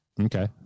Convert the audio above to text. Okay